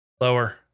Lower